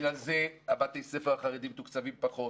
בגלל זה בתי הספר החרדיים מתוקצבים פחות